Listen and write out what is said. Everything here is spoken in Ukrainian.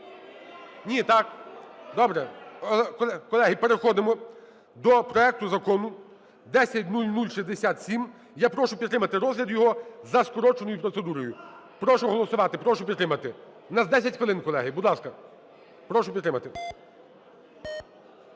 Ні? Добре. Колеги, переходимо до проекту Закону 10067. Я прошу підтримати розгляд його за скороченою процедурою. Прошу голосувати. Прошу підтримати. У нас 10 хвилин, колеги. Будь ласка, прошу підтримати.